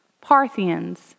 Parthians